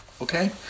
okay